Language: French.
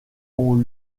ont